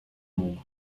mógł